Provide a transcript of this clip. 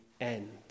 end